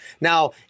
Now